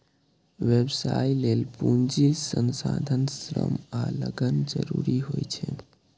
व्यवसाय लेल पूंजी, संसाधन, श्रम आ लगन जरूरी होइ छै